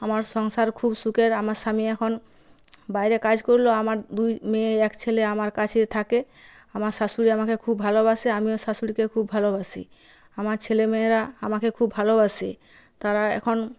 আমার সংসার খুব সুখের আমার স্বামী এখন বাইরে কাজ করলেও আমার দুই মেয়ে এক ছেলে আমার কাছেই থাকে আমার শাশুড়ি আমাকে খুব ভালোবাসে আমিও শাশুড়িকে খুব ভালোবাসি আমার ছেলে মেয়েরা আমাকে খুব ভালবাসে তারা এখন